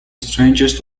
strangest